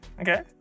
Okay